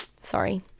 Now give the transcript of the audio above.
Sorry